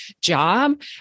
job